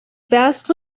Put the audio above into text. vast